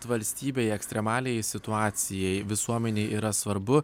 valstybėj ekstremaliajai situacijai visuomenei yra svarbu